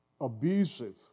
abusive